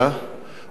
או עשויה,